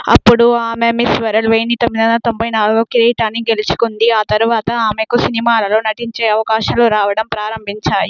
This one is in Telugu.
అప్పుడు ఆమె మిస్ వరల్డ్ వెయ్యి తొమ్మిది వందల తొంభై నాలుగులో కిరీటాన్ని గెలుచుకుంది ఆ తరువాత ఆమెకు సినిమాలలో నటించే అవకాశాలు రావడం ప్రారంభించాయి